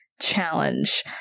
challenge